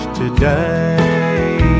today